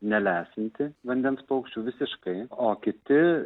nelesinti vandens paukščių visiškai o kiti